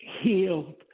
healed